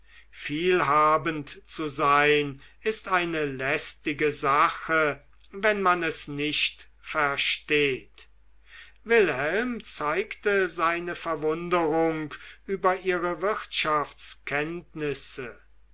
vielhabend zu sein ist eine lästige sache wenn man es nicht versteht wilhelm zeigte seine verwunderung über ihre